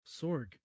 sorg